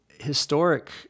historic